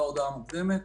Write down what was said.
הודעה מוקדמת